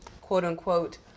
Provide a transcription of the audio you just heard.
quote-unquote